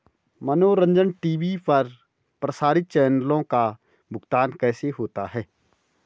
मनोरंजन टी.वी पर प्रसारित चैनलों का भुगतान कैसे होता है?